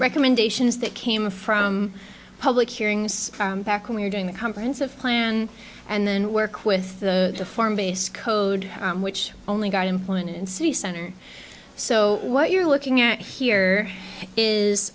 recommendations that came from public hearings back when we were doing the conference of plan and then work with the farm base code which only got employment in city center so what you're looking at here is